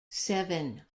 seven